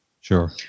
Sure